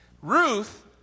Ruth